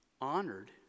honored